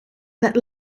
that